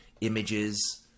images